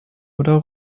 oder